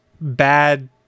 bad